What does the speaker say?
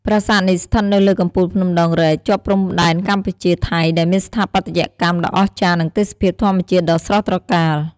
ប្រាសាទនេះស្ថិតនៅលើកំពូលភ្នំដងរ៉ែក ជាប់ព្រំដែនកម្ពុជា-ថៃ ដែលមានស្ថាបត្យកម្មដ៏អស្ចារ្យ និងទេសភាពធម្មជាតិដ៏ស្រស់ត្រកាល។